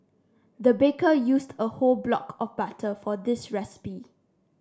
the baker used a whole block of butter for this recipe